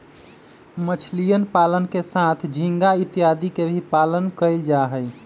मछलीयन पालन के साथ झींगा इत्यादि के भी पालन कइल जाहई